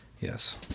Yes